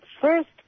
first